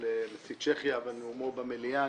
נשיא צ'כיה ועל נאומו במליאה.